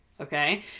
okay